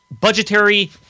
budgetary